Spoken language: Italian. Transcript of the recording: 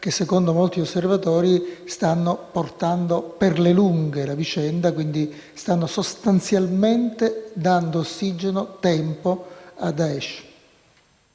che - secondo molti osservatori - stanno portando per le lunghe la vicenda e stanno sostanzialmente dando ossigeno e tempo a Daesh.